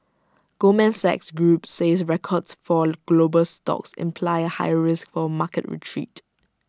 Goldman Sachs group says records for global stocks imply A higher risk for A market retreat